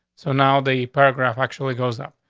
so now the paragraph actually goes up.